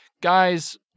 guys